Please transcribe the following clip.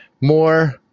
more